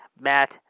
Matt